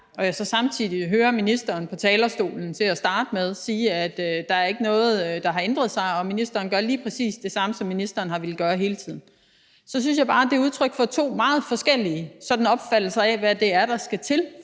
og når jeg samtidig hørte ministeren til at starte med sige fra talerstolen, at der ikke er noget, der har ændret sig, og at ministeren gør lige præcis det samme, som ministeren hele tiden har villet gøre, så er det udtryk for to meget forskellige opfattelser af, hvad der skal til,